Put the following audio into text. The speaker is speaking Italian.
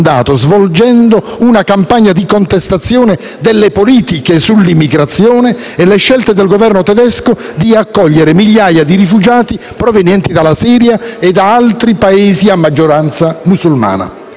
svolgendo una campagna di contestazione delle politiche sull'immigrazione e le scelte del Governo tedesco di accogliere migliaia di rifugiati provenienti dalla Siria e da altri Paesi a maggioranza musulmana.